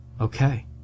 Okay